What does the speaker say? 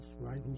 right